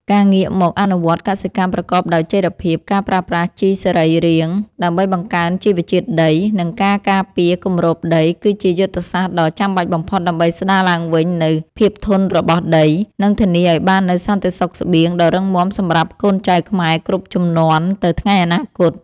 ការងាកមកអនុវត្តកសិកម្មប្រកបដោយចីរភាព ការប្រើប្រាស់ជីសរីរាង្គដើម្បីបង្កើនជីវជាតិដី និងការការពារគម្របដី គឺជាយុទ្ធសាស្ត្រដ៏ចាំបាច់បំផុតដើម្បីស្ដារឡើងវិញនូវ ភាពធន់របស់ដី និងធានាឱ្យបាននូវសន្តិសុខស្បៀងដ៏រឹងមាំសម្រាប់កូនចៅខ្មែរគ្រប់ជំនាន់ទៅថ្ងៃអនាគត។